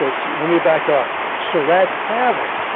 um let me back up, surrat tavern,